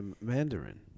Mandarin